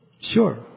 sure